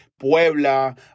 Puebla